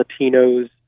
Latinos